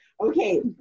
Okay